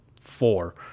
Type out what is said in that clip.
four